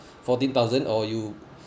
fourteen thousand or you